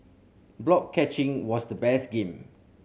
block catching was the best game